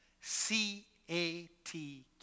C-A-T